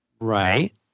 Right